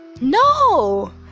no